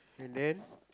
and then